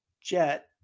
Jet